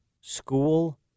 school